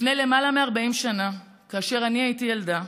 לפני למעלה מ-40 שנה, כאשר אני הייתי ילדה,